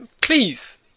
Please